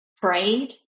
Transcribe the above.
prayed